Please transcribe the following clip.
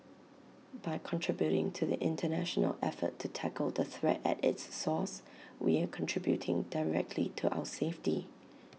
by contributing to the International effort to tackle the threat at its source we are contributing directly to our safety